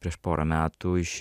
prieš porą metų iš